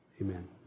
Amen